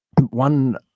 One